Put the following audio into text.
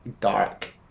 dark